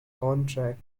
contract